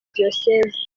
diyoseze